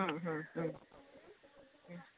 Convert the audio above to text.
അഹ് അഹ് അഹ്